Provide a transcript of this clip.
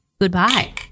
Goodbye